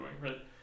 right